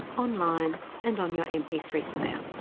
online and on your m p three player.